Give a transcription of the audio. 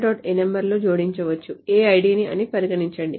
ano లో జోడించవచ్చు aid అని పరిగణించండి